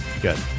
Good